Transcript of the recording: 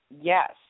Yes